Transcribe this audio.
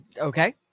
okay